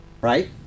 right